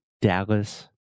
Dallas